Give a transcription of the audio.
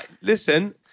Listen